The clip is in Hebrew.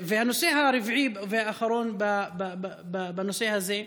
והנושא הרביעי והאחרון בנושא הזה,